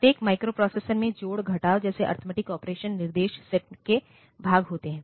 प्रत्येक माइक्रोप्रोसेसर में जोड़ घटाव जैसे अरिथमेटिक ऑपरेशन निर्देश सेट के भाग होते हैं